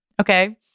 okay